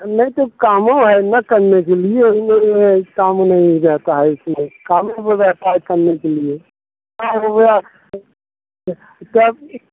नहीं तो काम है ना करने के लिए काम मिल जाता है ऐसा है काम हो जाता है करने के लिए काम हो गया कब